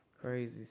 Crazy